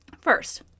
First